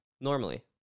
Normally